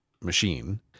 machine